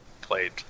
played